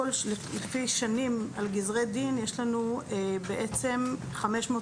לפי שנים על גזרי דין יש לנו בעצם 530